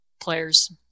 players